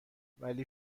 ولی